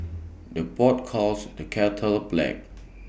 the pot calls the kettle black